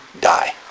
die